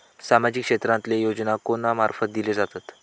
सामाजिक क्षेत्रांतले योजना कोणा मार्फत दिले जातत?